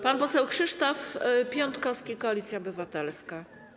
Pan poseł Krzysztof Piątkowski, Koalicja Obywatelska.